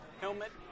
helmet